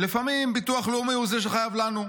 לפעמים ביטוח לאומי הוא זה שחייב לנו.